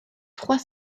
trois